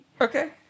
Okay